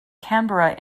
canberra